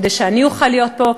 כדי שאני אוכל להיות פה,